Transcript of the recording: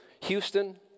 Houston